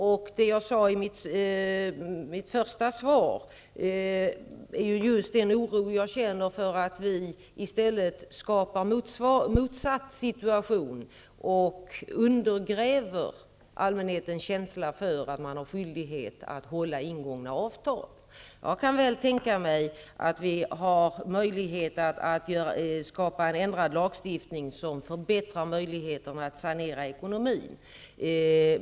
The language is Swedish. Det som jag tog upp i svaret är just den oro som jag känner för att vi i stället skapar motsatt situation och undergräver allmänhetens känsla för att den har skyldighet att hålla ingångna avtal. Jag kan tänka mig att vi kan ändra lagstiftningen på ett sådant sätt att möjligheterna att sanera ekonomin förbättras.